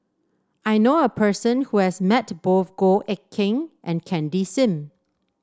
I know a person who has met both Goh Eck Kheng and Candy Sim